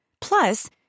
Plus